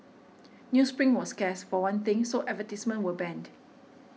newsprint was scarce for one thing so advertisements were banned